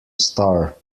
star